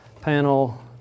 panel